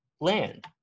land